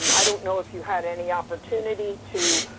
um i don't know if you had any opportunity to,